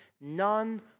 None